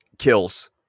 kills